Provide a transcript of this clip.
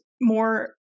more